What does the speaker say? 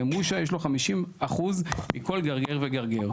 יש לו 50 אחוז מכל גרגיר וגרגיר.